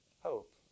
hope